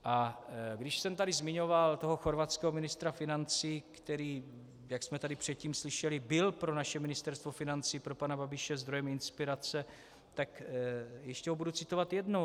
A když jsem tady zmiňoval toho chorvatského ministra financí, který, jak jsme tady předtím slyšeli, byl pro naše Ministerstvo financí, pro pana Babiše, zdrojem inspirace, budu ho citovat ještě jednou.